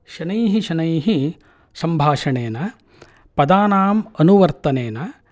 शनैः शनैः सम्भाषणेन पदानाम् अनुवर्तनेन